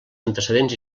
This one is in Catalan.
antecedents